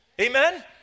Amen